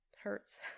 hurts